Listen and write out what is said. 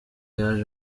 yaje